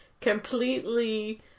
completely